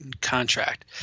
contract –